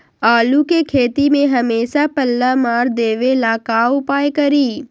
आलू के खेती में हमेसा पल्ला मार देवे ला का उपाय करी?